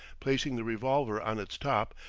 placing the revolver on its top,